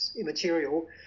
immaterial